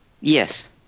yes